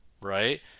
right